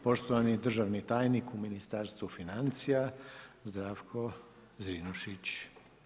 Poštovani državni tajnik u Ministarstvu financija Zdravko Zrinušić.